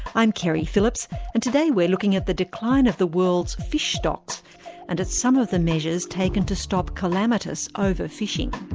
i'm keri phillips and today we're looking at the decline of the world's fish stocks and at some of the measures taken to stop calamitous over-fishing.